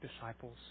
disciples